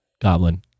Goblin